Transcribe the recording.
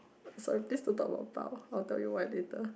I'll tell you why later